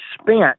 spent